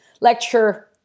lecture